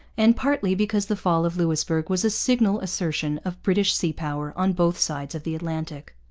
and partly because the fall of louisbourg was a signal assertion of british sea-power on both sides of the atlantic.